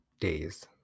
days